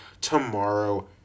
tomorrow